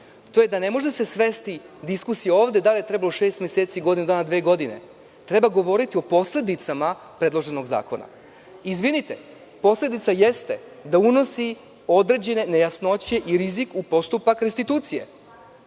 da se ne može svesti diskusija ovde na to da li je trebalo šest meseci, godinu dana ili dve godine, već treba govoriti o posledicama predloženog zakona. Izvinite, posledica jeste da unosi određene nejasnoće i rizik u postupak restitucije.